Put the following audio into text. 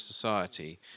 Society